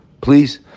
Please